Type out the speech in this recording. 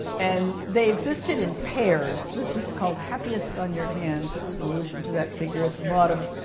and they existed in pairs. this is called happiest on your hands. it's an allusion to that figure at the bottom.